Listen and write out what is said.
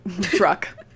truck